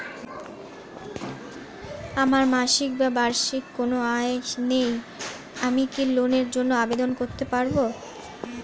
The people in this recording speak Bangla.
আমার মাসিক বা বার্ষিক কোন আয় নেই আমি কি লোনের জন্য আবেদন করতে পারব?